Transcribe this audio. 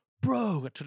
bro